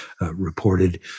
reported